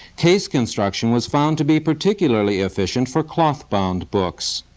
case construction was found to be particularly efficient for cloth-bound books.